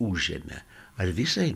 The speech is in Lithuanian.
užėmė ar visai